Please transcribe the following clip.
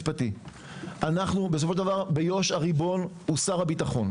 אנחנו בסופו של דבר ביו"ש הריבון הוא שר הביטחון,